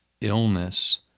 illness